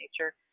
nature